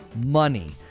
money